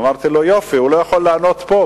אמרתי לו: יופי, הוא לא יכול לענות פה.